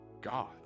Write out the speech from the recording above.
God